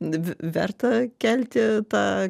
ve verta kelti tą